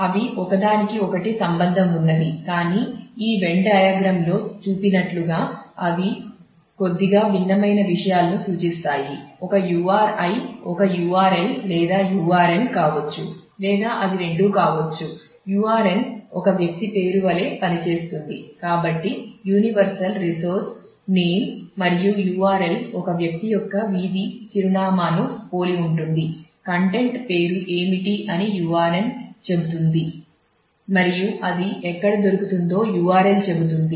అవి ఒకదానికి ఒకటి సంబందం ఉన్నవి కానీ ఈ వెన్ డయాగ్రమ్ పేరు ఏమిటి అని URN చెబుతుంది మరియు అది ఎక్కడ దొరుకుతుందో URL చెబుతుంది